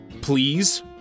please